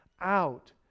out